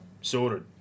sorted